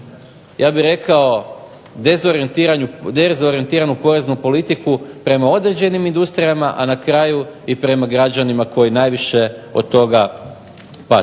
ja bih rekao dezorijentiranu poreznu politiku prema određenim industrijama, i na kraju prema građanima koji najviše od toga pate.